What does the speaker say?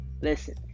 listen